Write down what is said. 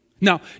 Now